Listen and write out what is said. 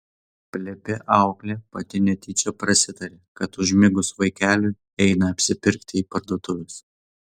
plepi auklė pati netyčia prasitarė kad užmigus vaikeliui eina apsipirkti į parduotuves